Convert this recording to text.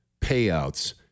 payouts